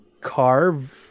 carve